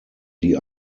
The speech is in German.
die